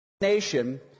nation